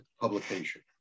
publication